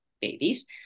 babies